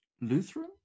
Lutheran